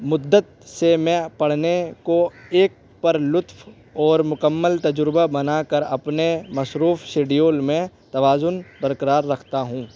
مدت سے میں پڑھنے کو ایک پرلطف اور مکمل تجربہ بنا کر اپنے مصروف شیڈول میں توازن برقرار رکھتا ہوں